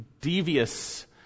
devious